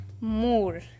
more